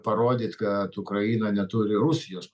parodyt kad ukraina neturi rusijos